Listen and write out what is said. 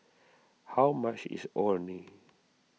how much is Orh Nee